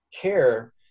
care